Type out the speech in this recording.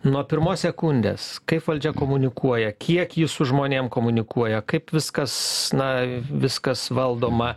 nuo pirmos sekundės kaip valdžia komunikuoja kiek ji su žmonėm komunikuoja kaip viskas na viskas valdoma